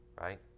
right